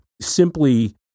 simply